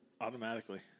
automatically